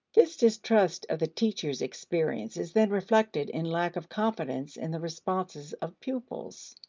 this distrust of the teacher's experience is then reflected in lack of confidence in the responses of pupils.